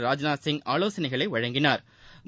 ராஜ்நாத் சிங் ஆலோசனைகளை வழங்கினாா்